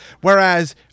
Whereas